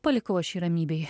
palikau aš jį ramybėj